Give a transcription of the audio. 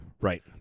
Right